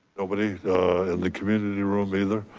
nobody in the community room either?